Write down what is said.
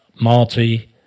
Marty